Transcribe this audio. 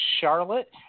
Charlotte